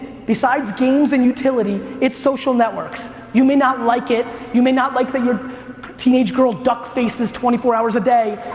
besides games and utility, it's social networks. you may not like it, you may not like that your teenage girl duck faces twenty four hours a day.